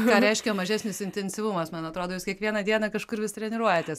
ką reiškia mažesnis intensyvumas man atrodo jis kiekvieną dieną kažkur vis treniruojatės